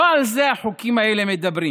לא על זה החוקים האלה מדברים.